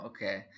Okay